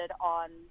on